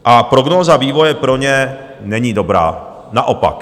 A prognóza vývoje pro ně není dobrá, naopak.